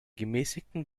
gemäßigten